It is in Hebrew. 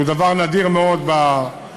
שהיא דבר נדיר מאוד בחקיקה,